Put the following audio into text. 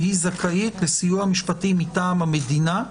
שהיא זכאית לסיוע משפטי מטעם המדינה,